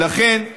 ולכן,